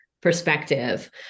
perspective